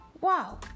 Wow